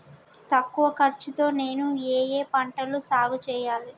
తక్కువ ఖర్చు తో నేను ఏ ఏ పంటలు సాగుచేయాలి?